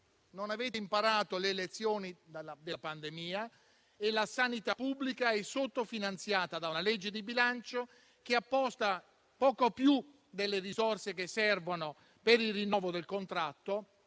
Non avete imparato le lezioni della pandemia e la sanità pubblica è sottofinanziata da una legge di bilancio che apposta poco più delle risorse che servono per il rinnovo del contratto,